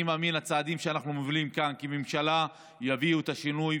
אני מאמין שהצעדים שאנחנו מובילים כאן כממשלה יביאו את השינוי,